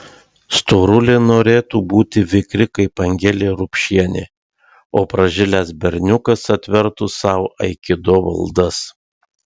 storulė norėtų būti vikri kaip angelė rupšienė o pražilęs berniukas atvertų sau aikido valdas